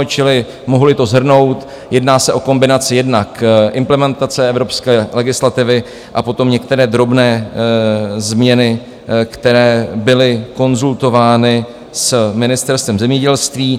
Čili mohuli to shrnout, jedná se o kombinaci jednak implementace evropské legislativy a potom některé drobné změny, které byly konzultovány s Ministerstvem zemědělství.